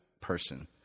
person